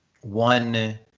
one